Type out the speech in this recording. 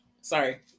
Sorry